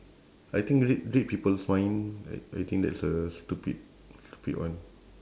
I think read read people's mind I I think that's a stupid stupid one